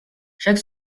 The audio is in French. chaque